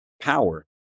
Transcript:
Power